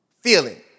Feeling